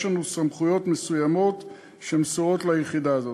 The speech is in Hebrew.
יש לנו סמכויות מסוימות שמסורות ליחידה הזאת.